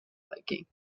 biking